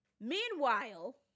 Meanwhile